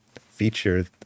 feature